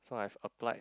so I've applied